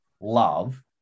love